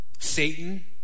Satan